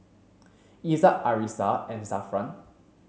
Izzat Arissa and Zafran